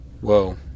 Whoa